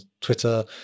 Twitter